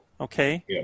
okay